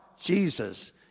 Jesus